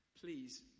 please